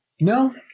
No